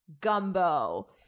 gumbo